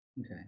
Okay